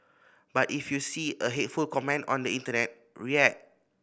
but if you see a hateful comment on the internet react